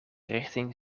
richting